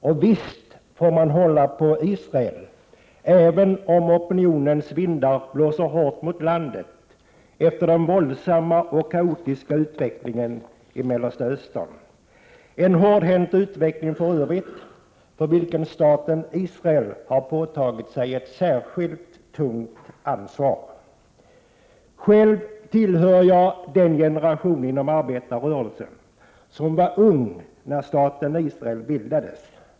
Och visst får man hålla på Israel, även om opinionens vindar blåser hårt mot landet, efter den våldsamma och kaotiska utvecklingen i Mellersta Östern. Det är en hårdhänt utveckling, för vilken staten Israel har påtagit sig ett särskilt tungt ansvar. Själv tillhör jag den generation inom arbetarrörelsen som var ung när staten Israel bildades.